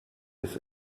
ist